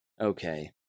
Okay